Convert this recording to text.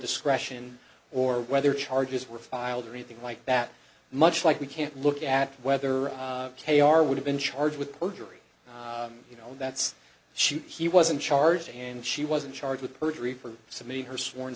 discretion or whether charges were filed rethink like that much like we can't look at whether they are would have been charged with perjury you know that's she he wasn't charged and she wasn't charged with perjury for somebody her sworn